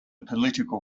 political